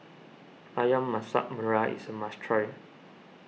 Ayam Masak Merah is a must try